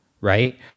right